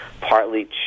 partly